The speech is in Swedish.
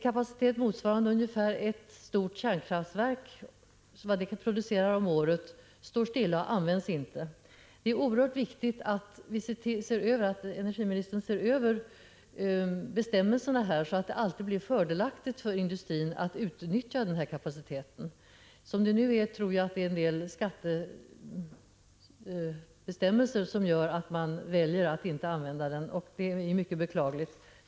Kapacitet motsvarande ungefär vad ett stort kärnkraftverk producerar om året används inte. Det är oerhört viktigt att energiministern ser över bestämmelserna, så att det alltid blir fördelaktigt för industrin att utnyttja den kapaciteten. Som det nu är tror jag att det är en del skattebestämmelser som gör att man väljer att inte använda den, och det är mycket beklagligt.